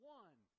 one